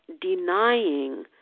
denying